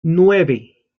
nueve